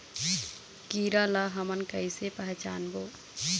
कीरा ला हमन कइसे पहचानबो?